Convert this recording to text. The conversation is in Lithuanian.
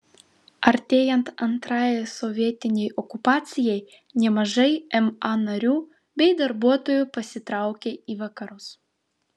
artėjant antrajai sovietinei okupacijai nemažai ma narių bei darbuotojų pasitraukė į vakarus